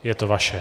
Je to vaše.